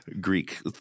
greek